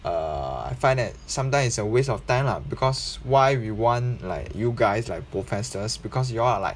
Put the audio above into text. err I find that sometimes it's a waste of time lah because why we want like you guys like professors because you all are like